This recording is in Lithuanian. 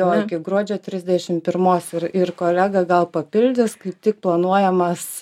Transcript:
jo iki gruodžio trisdešim pirmos ir ir kolega gal papildys kaip tik planuojamas